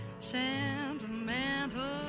Sentimental